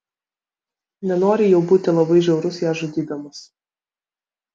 nenori jau būti labai žiaurus ją žudydamas